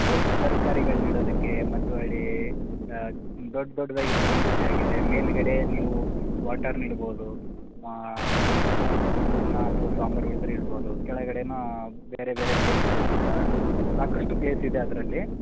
ತರಕ ತರ್ಕಾರಿಗಳ್ನ ಇಡೋದಕ್ಕೆ ಮತ್ತು ಹೊಳ್ಳಿ ದೊಡ್ಡ ದೊಡ್ದಾಗಿ ಇರತಕ್ಕಂತ ಜಾಗ ಇದೆ ಮೇಲ್ಗಡೆ ನೀವು ವಾಟರ್ನ್ನ ಇಡ್ಬೋದು ಅನ್ನ ಅಥವಾ ಅನ್ನ ಅಥವಾ ಸಾಂಬರ್ ಉಳ್ದ್ರೆ ಇಡ್ಬೋದು ಕೆಳಗಡೇ ಬೇರೆ ಬೇರೆ ಪ್ಲೇಸ್ ಇದೆ ಸಾಕಷ್ಟು ಪ್ಲೇಸ್ ಇದೆ ಅದರಲ್ಲಿ